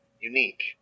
unique